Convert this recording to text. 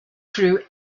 through